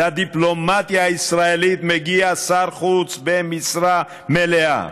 לדיפלומטיה הישראלית מגיע שר חוץ במשרה מלאה.